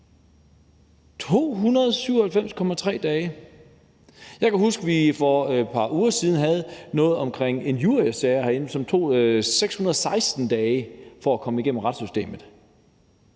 297,3 dage. Jeg kan huske, at vi for et par uger siden havde noget herinde omkring injuriesager, og der tog det 616 dage at komme igennem retssystemet.